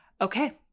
Okay